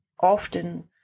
often